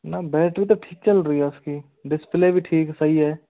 ना बैटरी तो ठीक चल रही है इसकी डिस्प्ले भी ठीक सही है